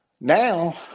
Now